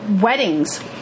weddings